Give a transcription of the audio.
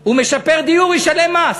הוא משפר דיור, הוא ישלם מס,